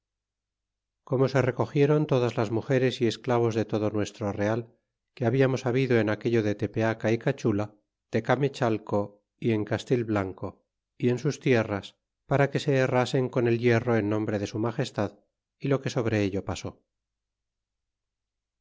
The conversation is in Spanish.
como se recogiéron todas las mugeres y esclavos de todo nuestro real que hablamos habido en aquello de tepeaca y cachnla tecamechalco y en castil blanco y en sus tierras para que se herrasen con el hierro en nombre de su tdagestad y lo que sobre ello pasó